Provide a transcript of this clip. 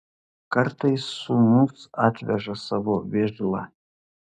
kartais sūnus atveža savo vižlą